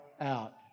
out